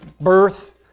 birth